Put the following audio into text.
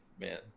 man